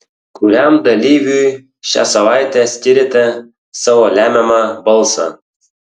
kuriam dalyviui šią savaitę skiriate savo lemiamą balsą